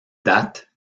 date